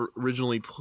originally